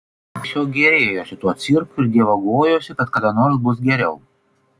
o liaudis tiesiog gėrėjosi tuo cirku ir dievagojosi kad kada nors bus geriau